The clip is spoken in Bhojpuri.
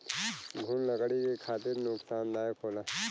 घुन लकड़ी के खातिर नुकसानदायक होला